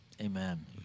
Amen